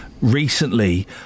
Recently